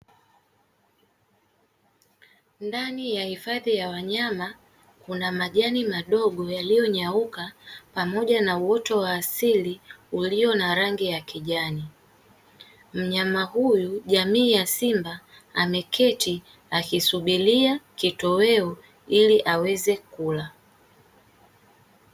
Ndani ya hifadhi ya wanyama kuna majani madogo yaliyonyauka pamoja na uoto wa asili walio na rangi ya kijani, mnyama huyu jamii ya simba ameketi akisubiria kitoweo ili aweze kula.